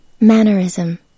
Mannerism